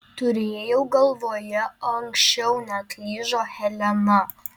turėjau galvoje anksčiau neatlyžo helena